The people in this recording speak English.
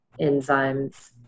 enzymes